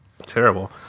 Terrible